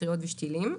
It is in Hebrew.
פטריות ושתילים,